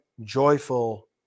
joyful